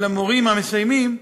למורים המסיימים,